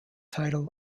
title